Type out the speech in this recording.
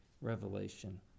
revelation